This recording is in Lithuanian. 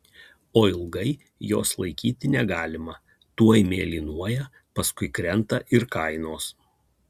o ilgai jos laikyti negalima tuoj mėlynuoja paskui krenta ir kainos